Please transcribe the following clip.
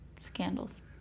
scandals